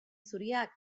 zuriak